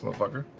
ah fucker.